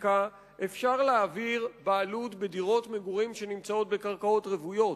חוקקה אפשר להעביר בעלות בדירות מגורים שנמצאות בקרקעות רוויות.